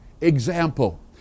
Example